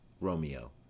Romeo